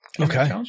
Okay